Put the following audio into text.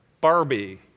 Barbie